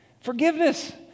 forgiveness